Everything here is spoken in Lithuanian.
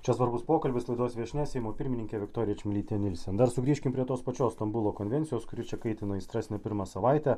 čia svarbus pokalbis laidos viešnia seimo pirmininkė viktorija čmilytė nilsen dar sugrįžkim prie tos pačios stambulo konvencijos kuri čia kaitina aistras ne pirmą savaitę